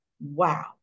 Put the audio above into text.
Wow